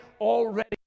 already